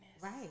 Right